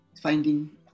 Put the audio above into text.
finding